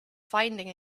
finding